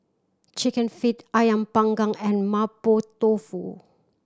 Chicken Feet Ayam Panggang and Mapo Tofu